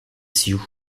sioux